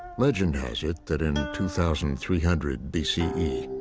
legend has it that in two thousand three hundred bce, yeah